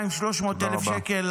200,000 או 300,000 שקל,